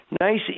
Nice